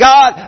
God